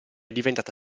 diventata